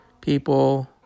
people